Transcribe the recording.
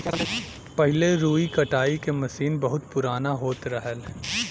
पहिले रुई कटाई के मसीन बहुत पुराना होत रहल